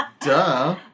Duh